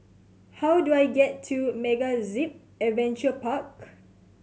how do I get to MegaZip Adventure Park